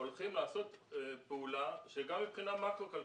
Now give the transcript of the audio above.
הולכים לעשות פעולה שגם מבחינה מקרו-כלכלית,